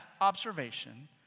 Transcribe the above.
observation